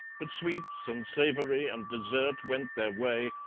but sweets and savoury and dessert went their way,